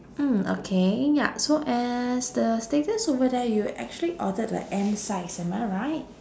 mm okay ya so as the status over there you actually ordered a M size am I right